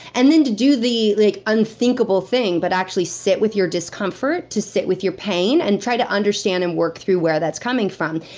and then, to do the like unthinkable thing, but actually sit with your discomfort, to sit with your pain, and try to understand and work through where that's coming from.